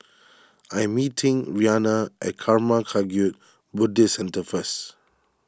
I am meeting Rhianna at Karma Kagyud Buddhist Centre first